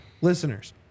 listeners